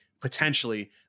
potentially